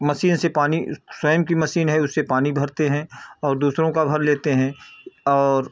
machine से पानी स्वयं की मसीन है उससे पानी भरते हैं और दूसरों का भर लेते हैं और